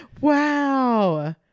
Wow